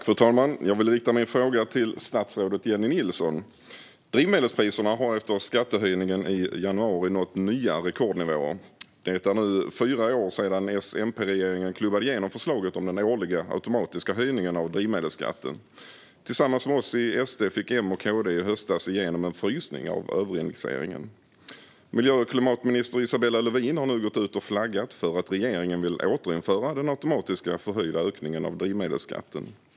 Fru talman! Jag vill rikta min fråga till statsrådet Jennie Nilsson. Drivmedelspriserna har efter skattehöjningen i januari nått nya rekordnivåer. Det är nu fyra år sedan S-MP-regeringen klubbade igenom förslaget om den årliga automatiska höjningen av drivmedelsskatten. Tillsammans med oss i SD fick M och KD i höstas igenom en frysning av överindexeringen. Miljö och klimatminister Isabella Lövin har nu gått ut och flaggat för att regeringen vill återinföra den automatiska höjningen av drivmedelsskatten.